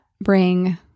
bring